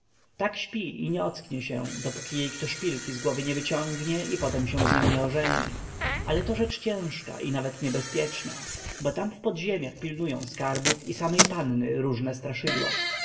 tak śpi i nie ocknie się dopóki jej kto szpilki z głowy nie wyciągnie i potem się z nią nie ożeni ale to rzecz ciężka i nawet niebezpieczna bo tam w podziemiach pilnują skarbów i samej panny różne straszydła